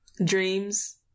dreams